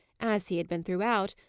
as he had been throughout,